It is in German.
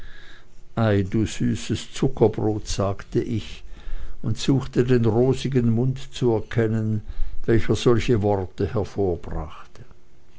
ei du süßes zuckerbrot sagte ich und suchte den rosigen mund zu erkennen welcher solche worte hervorbrachte